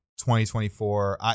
2024